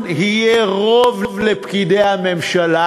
התכנון יהיה רוב לפקידי הממשלה.